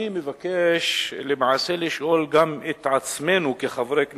אני מבקש לשאול גם את עצמנו, כחברי הכנסת: